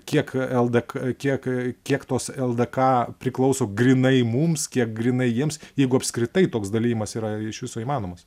kiek ld kiek kiek tos ldk priklauso grynai mums kiek grynai jiems jeigu apskritai toks dalijimas yra iš viso įmanomas